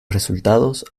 resultados